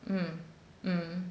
mm mm